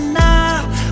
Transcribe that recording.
now